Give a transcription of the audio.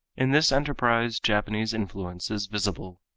in this enterprise japanese influence is visible.